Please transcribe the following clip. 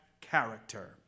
character